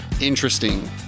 Interesting